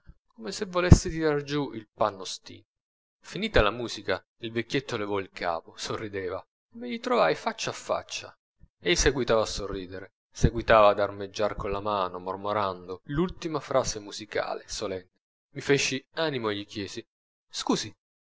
come se volesse tirar giù il panno stinto finita la musica il vecchietto levò il capo sorrideva me gli trovai faccia o faccia egli seguitava a sorridere seguitava ad armeggiar con la mano mormorando l'ultima frase musicale solenne mi feci animo e gli chiesi scusi